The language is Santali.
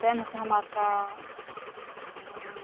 ᱵᱮᱱᱥ ᱫᱷᱟᱢᱟᱠᱟ